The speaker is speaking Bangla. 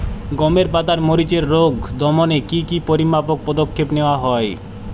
গমের পাতার মরিচের রোগ দমনে কি কি পরিমাপক পদক্ষেপ নেওয়া হয়?